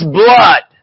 blood